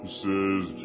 says